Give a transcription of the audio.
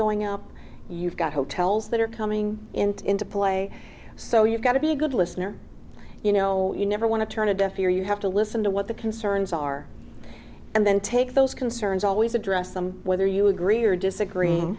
going up you've got hotels that are coming into into play so you've got to be a good listener you know you never want to turn a deaf ear you have to listen to what the concerns are and then take those concerns always address them whether you agree or disagree